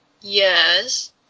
Yes